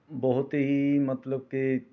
ਬਹੁਤ ਹੀ ਮਤਲਬ ਕਿ